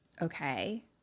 Okay